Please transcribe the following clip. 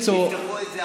יפתחו את זה,